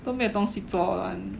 都没有东西做 [one]